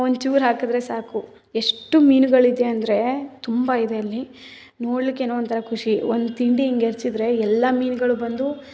ಒಂಚೂರು ಹಾಕಿದ್ರ್ ಸಾಕು ಎಷ್ಟು ಮೀನುಗಳು ಇದೆ ಅಂದರೆ ತುಂಬ ಇದೆ ಅಲ್ಲಿ ನೋಡ್ಲಿಕ್ಕೆ ಏನೋ ಒಂಥರ ಖುಷಿ ಒಂದು ತಿಂಡಿ ಹಿಂಗ್ ಎರಚಿದ್ರೆ ಎಲ್ಲ ಮೀನುಗಳೂ ಬಂದು